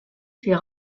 fait